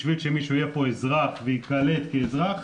בשביל שמישהו יהיה פה אזרח וייקלט כאזרח,